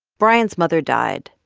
brian's mother died.